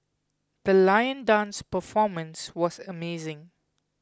the lion dance performance was amazing